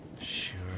Sure